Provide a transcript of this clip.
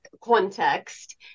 context